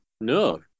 No